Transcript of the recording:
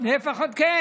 על 60 חברי כנסת.